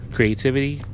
Creativity